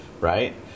right